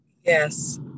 Yes